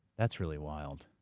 that's really wild.